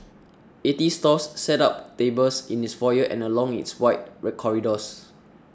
eighty stalls set up tables in its foyer and along its wide corridors